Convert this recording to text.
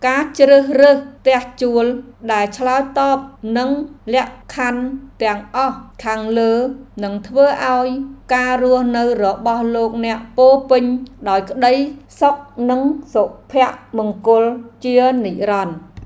ការជ្រើសរើសផ្ទះជួលដែលឆ្លើយតបនឹងលក្ខខណ្ឌទាំងអស់ខាងលើនឹងធ្វើឱ្យការរស់នៅរបស់លោកអ្នកពោរពេញដោយក្តីសុខនិងសុភមង្គលជានិរន្តរ៍។